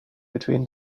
between